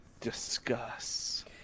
discuss